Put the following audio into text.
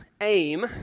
aim